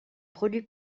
produit